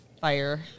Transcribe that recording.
fire